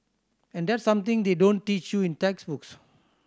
and that's something they don't teach you in textbooks